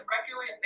regularly